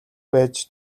байж